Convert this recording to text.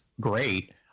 great